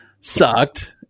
sucked